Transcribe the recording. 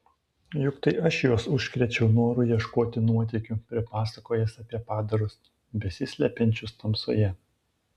juk tai aš juos užkrėčiau noru ieškoti nuotykių pripasakojęs apie padarus besislepiančius tamsoje